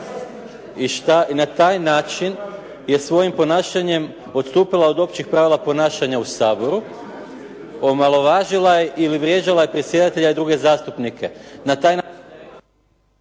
I na taj način je svojim ponašanjem odstupila od općeg prava ponašanja u Saboru, omalovažila ili vrijeđala predsjedatelja i druge zastupnike,